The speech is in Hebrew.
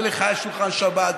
לך יש שולחן שבת,